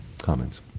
comments